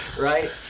right